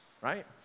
right